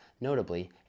notably